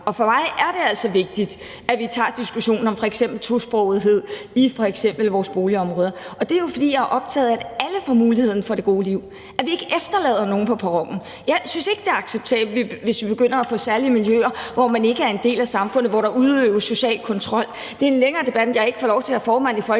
og for mig er det altså vigtigt, at vi tager diskussionen om f.eks. tosprogethed i f.eks. vores boligområder. Det er jo, fordi jeg er optaget af, at alle får mulighed for det gode liv, og at vi ikke efterlader nogen på perronen. Jeg synes ikke, det er acceptabelt, hvis vi begynder at få særlige miljøer, hvor man ikke er en del af samfundet, og hvor der udøves social kontrol. Det er en længere debat, som jeg ikke får lov til at tage af Folketingets